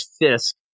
Fisk